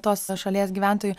tos šalies gyventojų